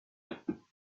alors